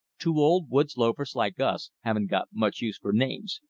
two old woods loafers like us haven't got much use for names.